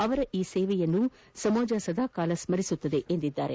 ಅವರ ಈ ಸೇವೆಯನ್ನು ಸಮಾಜ ಸದಾಕಾಲ ಸ್ಮರಿಸುತ್ತದೆ ಎಂದಿದ್ದಾರೆ